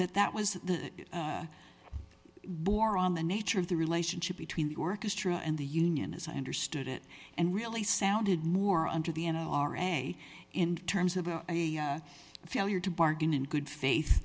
that that was the war on the nature of the relationship between the orchestra and the union as i understood it and really sounded more under the n r a in terms of a failure to bargain in good faith